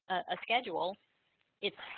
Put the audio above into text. a schedule it's